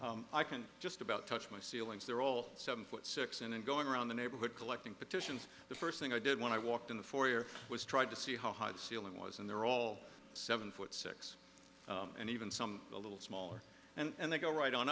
bit i can just about touch my ceilings they're all seven foot six in and going around the neighborhood collecting petitions the first thing i did when i walked in the four year was tried to see how high the ceiling was and they're all seven foot six and even some a little smaller and they go right on